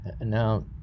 Now